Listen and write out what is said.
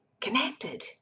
connected